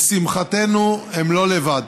לשמחתנו, הם לא לבד.